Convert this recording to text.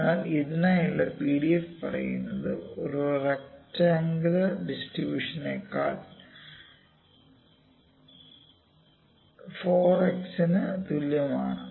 അതിനാൽ ഇതിനായുള്ള PDF പറയുന്നത് ഒരു റെക്ടറാങ്കുലർ ഡിസ്ട്രിബൂഷനേക്കാൾ 04x ന് തുല്യമാണ്